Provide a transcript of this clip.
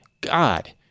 God